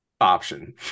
option